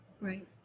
Right